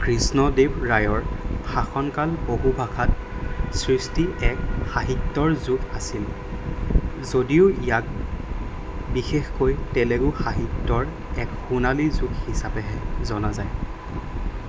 কৃষ্ণ দেৱ ৰায়ৰ শাসনকাল বহু ভাষাত সৃষ্টি এক সাহিত্যৰ যুগ আছিল যদিও ইয়াক বিশেষকৈ তেলেগু সাহিত্যৰ এক সোণালী যুগ হিচাপেহে জনা যায়